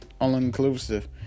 All-inclusive